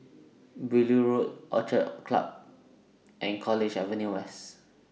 Beaulieu Road Orchid Country Club and College Avenue West